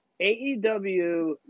AEW